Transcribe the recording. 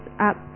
up